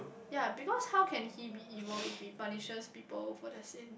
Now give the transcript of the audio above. ya because how can he be evil if he punishes people for their sin